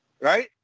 right